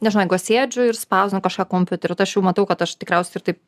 nežinau jeigu aš sėdžiu ir spausdinu kažką kompiuteriu aš jau matau kad aš tikriausiai ir taip